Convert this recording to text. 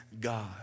God